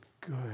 good